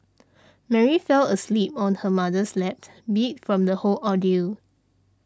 Mary fell asleep on her mother's lap beat from the whole ordeal